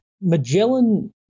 Magellan